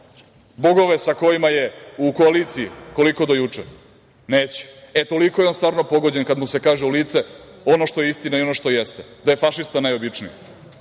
bogove sa kojima je u koaliciji koliko do juče? Neće. E, toliko je on stvarno pogođen kada mu se kaže u lice ono što je istina i ono što jeste, da je fašista najobičniji.